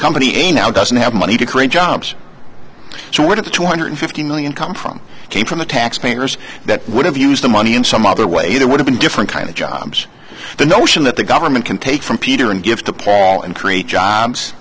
company a now doesn't have money to create jobs so what do the two hundred fifty million come from came from the taxpayers that would have used the money in some other way that would have been different kind of jobs the notion that the government can take from peter and give to paul and create jobs